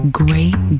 great